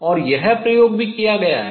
और यह प्रयोग भी किया गया है